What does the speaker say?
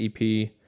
EP